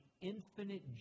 infinite